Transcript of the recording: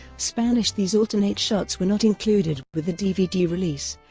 spanish these alternate shots were not included with the dvd release,